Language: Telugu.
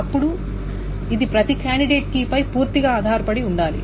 అప్పుడు ఇది ప్రతి కాండిడేట్ కీ పై పూర్తిగా ఆధారపడి ఉండాలి